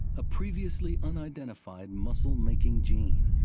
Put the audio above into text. a previously unidentified muscle-making gene.